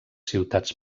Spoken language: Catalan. ciutats